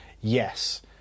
yes